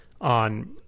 on